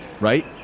Right